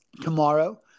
tomorrow